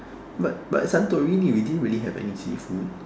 but but santorini we didn't really have any seafood